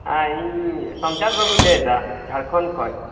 ᱦᱮᱸ ᱤᱧ ᱥᱚᱢᱪᱟᱸᱫ ᱵᱟᱹᱵᱩᱧ ᱞᱟᱹᱭᱮᱫᱟ ᱡᱷᱟᱲᱠᱷᱚᱸᱰ ᱠᱷᱚᱡ